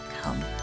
Come